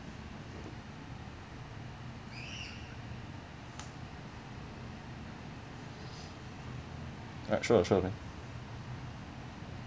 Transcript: right sure sure meh